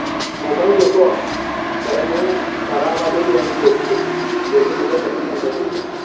mobile सुठो आहे पर हिन जी ख़राबु ॻाल्हियूं बि आहिनि कुझु कुझु जेके मूंखे नथी सम्झ में अचनि